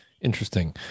Interesting